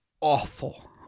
awful